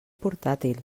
portàtil